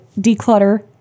declutter